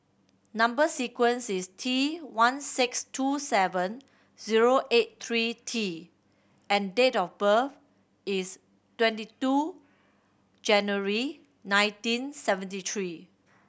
number sequence is T one six two seven zero eight three T and date of birth is twenty two January nineteen seventy three